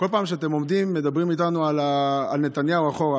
כל פעם שאת עומדים ומדברים איתנו על נתניהו אחורה,